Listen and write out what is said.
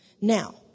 Now